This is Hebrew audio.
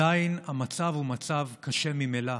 עדיין המצב הוא קשה ממילא.